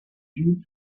june